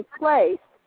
place